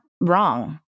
wrong